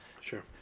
Sure